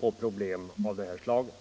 på problem av det här slaget.